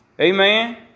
Amen